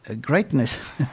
greatness